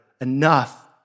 enough